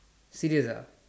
serious ah